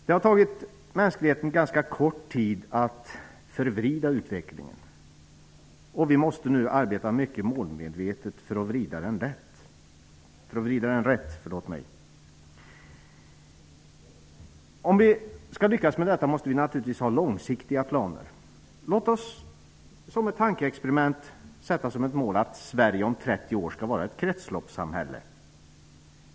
Det har tagit mänskligheten ganska kort tid att förvrida utvecklingen, och vi måste nu arbeta mycket målmedvetet för att vrida den rätt. Om vi skall lyckas med detta måste vi naturligtvis ha långsiktiga planer. Låt oss som ett tankeexperiment sätta som ett mål att Sverige om 30 år skall vara ett kretsloppssamhälle.